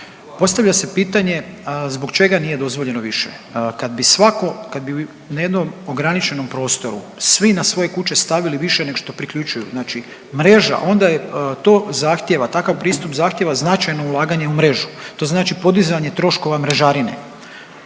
Postavlja se pitanje zbog čega nije dozvoljeno više? Kad bi svako, kad bi na jednom ograničenom prostoru svi na svoje kuće stavili više nego što priključuju znači mreža onda je to zahtjeva, takav pristup zahtjeva značajno ulaganje u mrežu to znači podizanje troškova mrežarine.